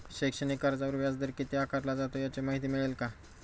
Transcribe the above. शैक्षणिक कर्जावर व्याजदर किती आकारला जातो? याची माहिती मिळेल का?